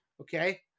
Okay